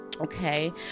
Okay